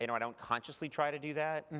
you know i don't consciously try to do that.